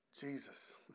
Jesus